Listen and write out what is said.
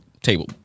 table